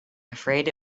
afraid